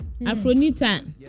Afronita